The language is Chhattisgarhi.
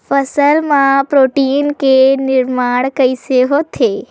फसल मा प्रोटीन के निर्माण कइसे होथे?